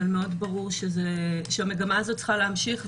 אבל מאוד ברור שהמגמה הזאת צריכה להמשיך,